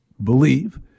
believe